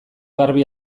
garbi